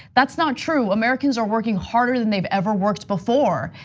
that's not true, americans are working harder than they've ever worked before.